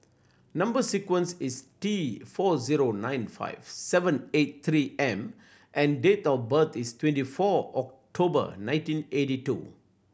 number sequence is T four zero nine five seven eight Three M and date of birth is twenty four October nineteen eighty two